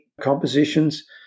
compositions